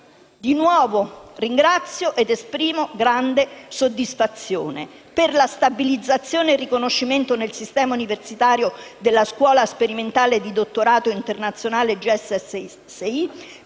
Di nuovo ringrazio ed esprimo grande soddisfazione per la stabilizzazione e il riconoscimento nel sistema universitario della Scuola sperimentale di dottorato internazionale GSSI,